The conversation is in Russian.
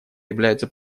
являются